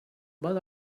but